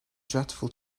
dreadful